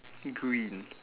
green